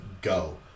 go